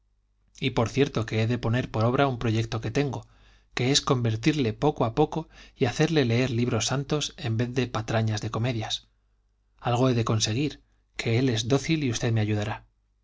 y por cierto que he de poner por obra un proyecto que tengo que es convertirle poco a poco y hacerle leer libros santos en vez de patrañas de comedias algo he de conseguir que él es dócil y usted me ayudará